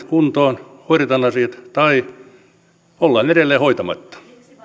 kuntoon hoidetaan asiat tai ollaan edelleen hoitamatta